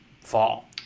fall